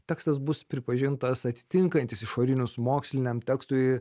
tekstas bus pripažintas atitinkantis išorinius moksliniam tekstui